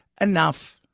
Enough